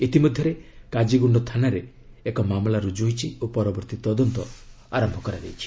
ଇତିମଧ୍ୟରେ କାଜିଗୁଣ୍ଡ ଥାନାରେ ଏକ ମାମଲା ରୁଜୁ ହୋଇଛି ଓ ପରବର୍ତ୍ତୀ ତଦନ୍ତ ଆରମ୍ଭ କରାଯାଇଛି